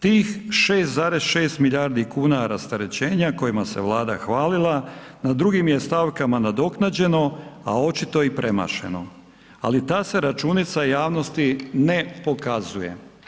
Tih 6,6 milijardi kuna rasterećenja kojima se Vlada hvalila na drugim je stavkama nadoknađeno a očito i premašeno ali ta se računica javnosti ne pokazuje.